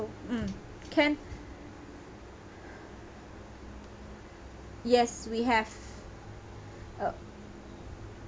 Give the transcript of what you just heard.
mm can yes we have uh